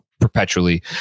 perpetually